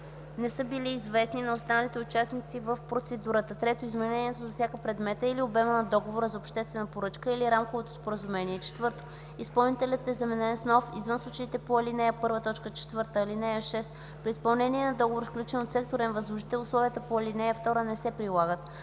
не са били известни на останалите участници в процедурата; 3. изменението засяга предмета или обема на договора за обществена поръчка или рамковото споразумение. 4. изпълнителят е заменен с нов извън случаите на ал. 1, т. 4. (6) При изменение на договор, сключен от секторен възложител, условията по ал. 2 не се прилагат.”